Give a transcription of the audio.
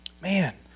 Man